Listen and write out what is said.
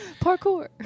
parkour